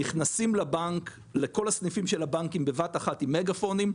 נכנסים לכל הסניפים של הבנקים בבת אחת עם מגאפונים,